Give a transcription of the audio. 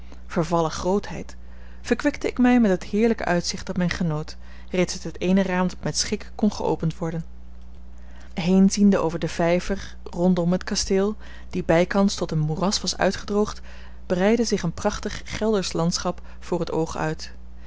vervallen grootheid verkwikte ik mij met het heerlijke uitzicht dat men genoot reeds uit het eene raam dat met schik kon geopend worden heenziende over den vijver rondom het kasteel die bijkans tot een moeras was uitgedroogd breidde zich een prachtig geldersch landschap voor het oog uit